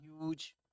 huge